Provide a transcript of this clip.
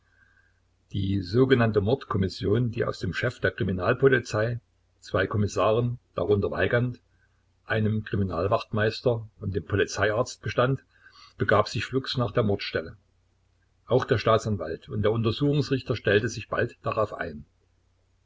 die sogenannte mordkommission die aus dem chef der kriminalpolizei zwei kommissaren darunter weigand einem kriminalwachtmeister und dem polizeiarzt bestand begab sich flugs nach der mordstelle auch der staatsanwalt und der untersuchungsrichter stellte sich bald darauf ein